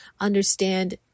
understand